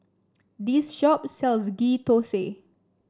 this shop sells Ghee Thosai